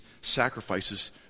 sacrifices